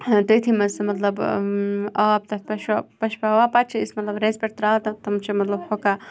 تٔتھی منٛز سُہ مطلب آب تَتھ پشو پَشپاوان پَتہٕ أسۍ مطلب رَزِ پٮ۪ٹھ ترٛاوان تَتھ تِم چھِ مطلب ہۄکھان